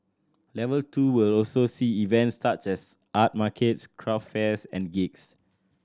level two will also see events such as art markets craft fairs and gigs